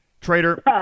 Trader